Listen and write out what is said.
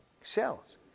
cells